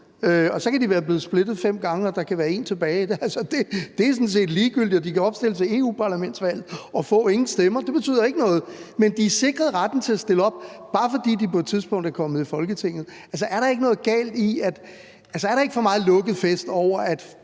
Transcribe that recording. kan et parti være blevet splittet op fem gange, og der kan være én tilbage – det er sådan set ligegyldigt – og det kan opstille til parlamentsvalget og få ingen stemmer. Det betyder ikke noget. Det er sikret retten til at stille op, bare fordi det på et tidspunkt er kommet i Folketinget. Altså, er der ikke noget galt i og for meget lukket fest over,